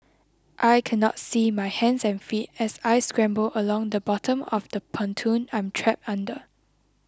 I cannot see my hands and feet as I scramble along the bottom of the pontoon I'm trapped under